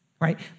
right